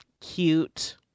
cute